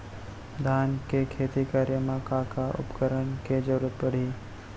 धान के खेती करे मा का का उपकरण के जरूरत पड़हि?